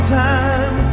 time